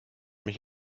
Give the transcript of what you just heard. mich